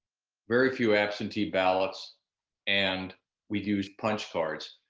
very few absentee ballots and we used punchcards.